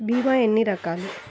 భీమ ఎన్ని రకాలు?